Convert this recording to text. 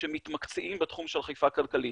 שמתמקצעים בתחום של אכיפה כלכלית.